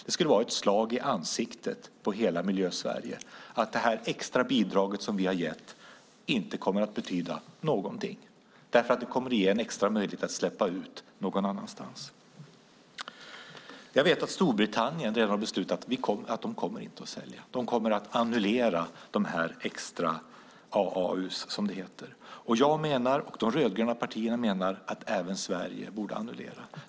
Det skulle vara ett slag i ansiktet på hela Miljösverige att det extra bidrag som vi har gett inte kommer att betyda någonting, för det kommer att ge en extra möjlighet att släppa ut någonstans. Jag vet att Storbritannien redan har beslutat att man inte kommer att sälja. Man kommer att annullera sina extra AAU. Vi i de rödgröna partierna menar att även Sverige borde annullera.